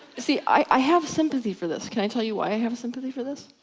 see, i have sympathy for this, can i tell you why i have a sympathy for this?